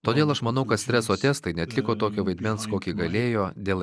todėl aš manau kad streso testai neatliko tokio vaidmens kokį galėjo dėl